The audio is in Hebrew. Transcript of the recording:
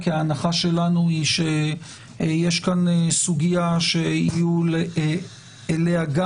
כי ההנחה שלנו היא שיש כאן סוגיה שיהיו אליה גם